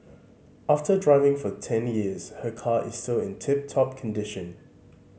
after driving for ten years her car is still in tip top condition